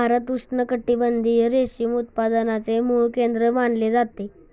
भारत उष्णकटिबंधीय रेशीम उत्पादनाचे मूळ केंद्र मानले जाते